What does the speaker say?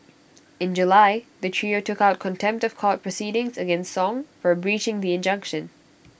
in July the trio took out contempt of court proceedings against song for breaching the injunction